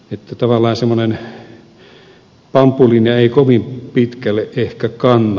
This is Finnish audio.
taval laan semmoinen pamppulinja ei kovin pitkälle ehkä kanna